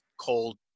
cold